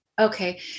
Okay